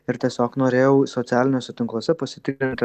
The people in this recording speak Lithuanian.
ir tiesiog norėjau socialiniuose tinkluose pasitikrinti